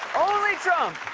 only trump.